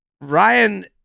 Ryan